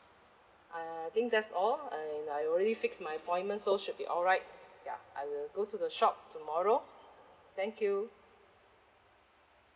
uh I think that's all and I already fix my appointment so should be alright ya I will go to the shop tomorrow thank you